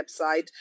website